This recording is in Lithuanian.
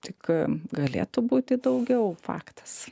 tik galėtų būti daugiau faktas